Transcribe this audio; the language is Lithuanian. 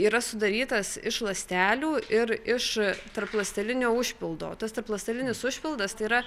yra sudarytas iš ląstelių ir iš tarpląstelinio užpildo tas tarpląstelinis užpildas tai yra